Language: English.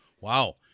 Wow